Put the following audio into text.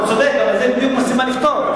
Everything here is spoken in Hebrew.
אבל זו הבעיה שצריך לפתור,